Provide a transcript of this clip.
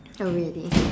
I will ready